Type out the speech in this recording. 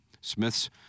Smith's